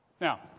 now